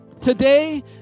Today